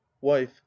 wife